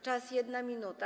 Czas - 1 minuta.